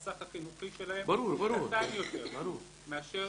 החסך החינוכי שלהם הוא קטן יותר מאשר